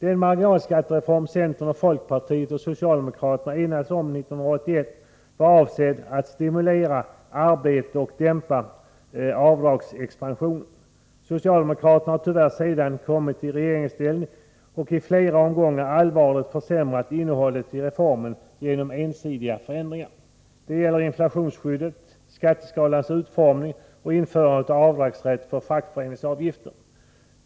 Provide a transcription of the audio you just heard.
Den marginalskattereform centern, folkpartiet och socialdemokraterna enades om 1981 var avsedd att stimulera arbete och dämpa avdragsexpansionen. Socialdemokraterna har tyvärr sedan de kommit i regeringsställning i flera omgångar allvarligt försämrat innehållet i reformen genom ensidiga förändringar. Det gäller inflationsskyddet, skatteskalans utformning och införandet av rätt till avdrag för fackföreningsavgifter.